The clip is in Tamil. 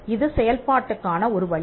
இது செயல்பாட்டுக்கான ஒரு வழி